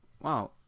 Wow